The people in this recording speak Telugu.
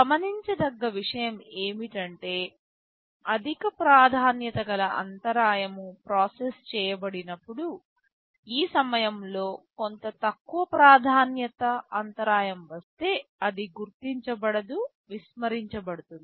గమనించదగ్గ విషయం ఏమిటంటే అధిక ప్రాధాన్యత గల అంతరాయం ప్రాసెస్ చేయబడినప్పుడు ఈ సమయంలో కొంత తక్కువ ప్రాధాన్యత అంతరాయం వస్తే అది గుర్తించ బడదు విస్మరించ బడుతుంది